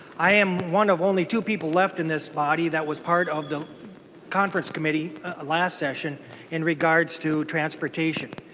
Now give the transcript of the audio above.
i am one of only two people left in this body that was part of the conference committee ah last session in regards to transportation.